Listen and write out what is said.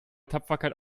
tapferkeit